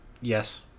Yes